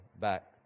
back